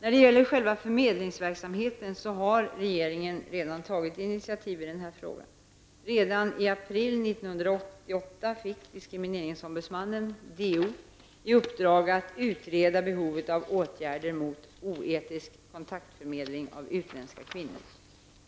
När det gäller själva förmedlingsverksamheten har regeringen redan tagit initiativ i denna fråga. Redan i april 1988 fick diskrimineringsombudsmannen -- DO -- i uppdrag att utreda behovet av åtgärder mot oetisk kontaktförmedling av utländska kvinnor.